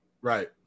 Right